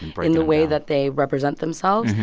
but and way that they represent themselves,